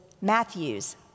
Matthew's